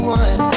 one